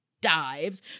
dives